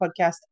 podcast